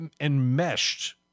enmeshed